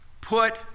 Put